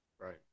right